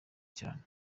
cyane